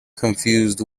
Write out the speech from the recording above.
confused